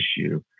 issue